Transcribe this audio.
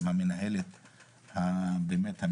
עם המנהלת המצוינת,